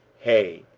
hay,